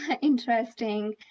interesting